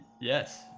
Yes